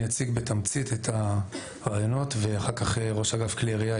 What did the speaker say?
אני אציג בתמצית את הרעיונות ואחר כך ראש אגף כלי ירייה,